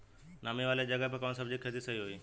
नामी वाले जगह पे कवन सब्जी के खेती सही होई?